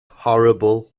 horrible